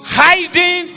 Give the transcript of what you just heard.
hiding